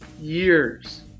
years